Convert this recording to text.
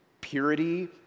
purity